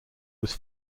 was